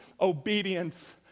obedience